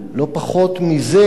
לא פחות מזה,